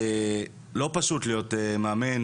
לא פשוט להיות מאמן